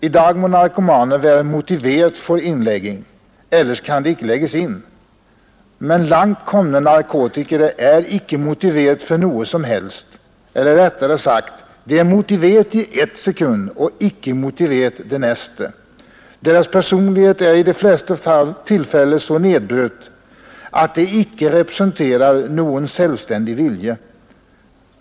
I dag må narkomane vere ”motivert” for innlegging. Ellers kan de ikke legges inn. Men langtkomne narkotikere er ikke ”motivert” for noe som helst. Eller rettere sagt: De er motivert i ett sekund, og ikke-motivert det neste. Deres personlighet er i de fleste tilfelle så nedbrutt at de ikke representerer noen selvstendig vilje.